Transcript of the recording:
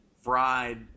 fried